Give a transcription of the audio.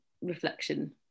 reflection